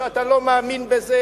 דבר שאתה לא מאמין בו,